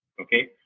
okay